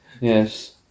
Yes